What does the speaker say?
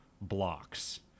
blocks